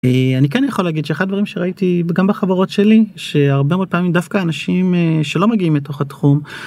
אני כן יכול להגיד שאחד הדברים שראיתי גם בחברות שלי שהרבה מאוד פעמים דווקא אנשים שלא מגיעים מתוך התחום.